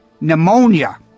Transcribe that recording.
pneumonia